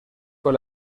con